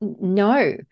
No